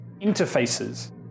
interfaces